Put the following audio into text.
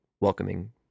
welcoming